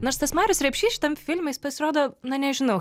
nors tas marius repšys šitam filme jis pasirodo na nežinau